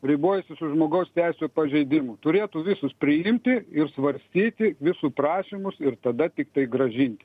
ribojasi su žmogaus teisių pažeidimu turėtų visus priimti ir svarstyti visų prašymus ir tada tiktai grąžinti